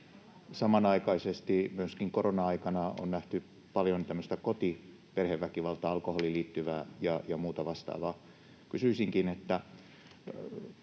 Samanaikaisesti korona-aikana on nähty paljon myöskin koti-, perheväkivaltaa, alkoholiin liittyvää ja muuta vastaavaa.